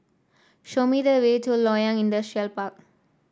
show me the way to Loyang Industrial Park